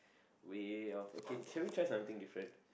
way of okay should we try something different